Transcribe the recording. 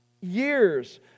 years